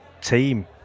team